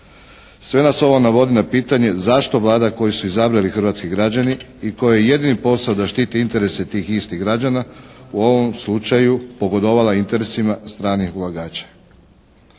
Sve nas ovo navodi na pitanje zašto Vlada koju su izabrali hrvatski građani i kojoj je jedini posao da štiti interese tih istih građana u ovom slučaju pogodovala interesima stranim ulagačima.